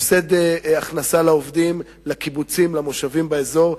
הפסד הכנסה לעובדים, לקיבוצים, למושבים באזור.